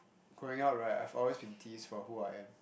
growing up right I've always been teased for who I am